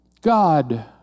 God